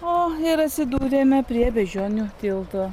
o ir atsidūrėme prie beždžionių tilto